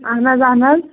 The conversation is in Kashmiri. اہن حظ اہن حظ